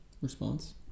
response